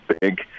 big